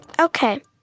Okay